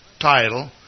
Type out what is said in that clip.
title